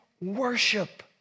worship